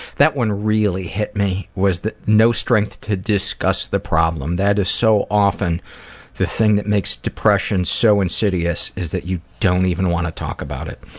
that one really hit me was the no strength to discuss the problem that is so often the thing that makes depression so insidious is that you don't even want to talk about it.